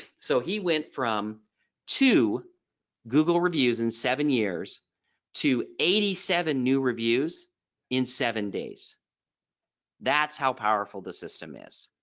so he went from two google reviews in seven years to eighty seven new reviews in seven days that's how powerful the system is.